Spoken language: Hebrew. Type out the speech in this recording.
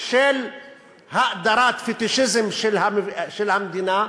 של האדרת פטישיזם של המדינה,